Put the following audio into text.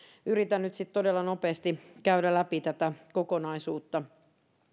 yritän nyt sitten todella nopeasti käydä läpi tätä kokonaisuutta